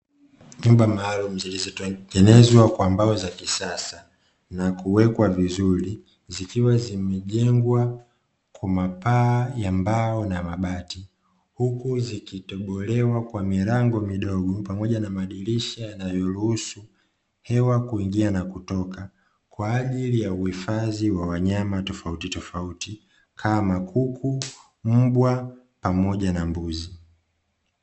Nyumba maalumu zilizotengenezwa kwa mbao za kisasa na kuwekwa vizuri, zikiwa zimejengwa kwa mapaa ya mbao na mabati. Huku zikitobolewa kwa milango midogo pamoja na madirisha yanayoruhusu hewa kuingia na kutoka, kwaajili ya kujifadhi wanyama tofauti tofauti kama kuku, mbwaa pamoja na mbuzi.